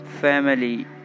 family